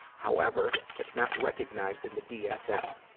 however, it's not recognized in the dsm.